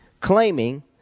claiming